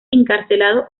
encarcelados